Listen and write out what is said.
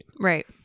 Right